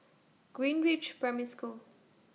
Greenridge Primary School